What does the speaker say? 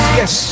yes